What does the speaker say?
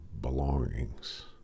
belongings